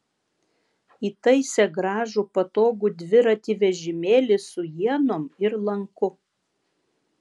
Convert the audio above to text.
įtaisė gražų patogų dviratį vežimėlį su ienom ir lanku